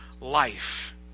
life